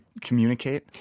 communicate